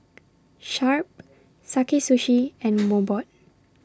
Sharp Sakae Sushi and Mobot